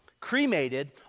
cremated